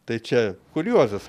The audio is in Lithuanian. tai čia kuriozas